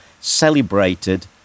celebrated